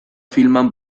filman